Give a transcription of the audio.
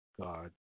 God